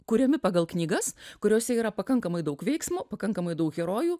kuriami pagal knygas kuriose yra pakankamai daug veiksmo pakankamai daug herojų